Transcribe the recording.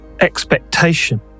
expectation